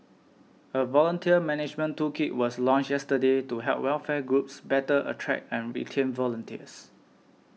a volunteer management toolkit was launched yesterday to help welfare groups better attract and retain volunteers